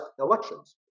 elections